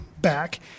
back